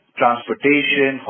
transportation